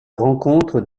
rencontre